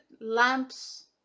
lamps